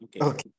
Okay